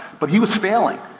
but he was failing.